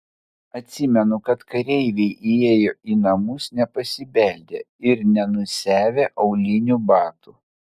atsimenu kad kareiviai įėjo į namus nepasibeldę ir nenusiavę aulinių batų